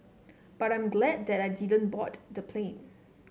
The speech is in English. but I'm glad that I didn't board the plane